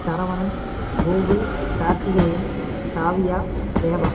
Saravanan Gokul Karthikeyan Kavya Deva